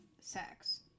sex